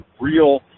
real